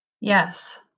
Yes